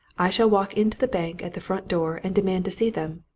i shall walk into the bank at the front door, and demand to see them.